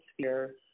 sphere